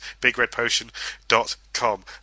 bigredpotion.com